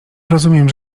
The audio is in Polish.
rozumiem